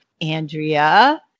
Andrea